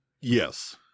Yes